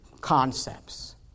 concepts